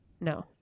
No